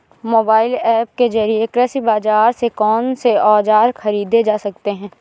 Mobile app के जरिए कृषि बाजार से कौन से औजार ख़रीदे जा सकते हैं?